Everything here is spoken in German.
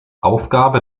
aufgabe